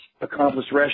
accomplished